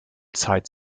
zeit